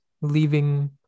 leaving